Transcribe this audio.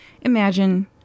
Imagine